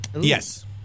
Yes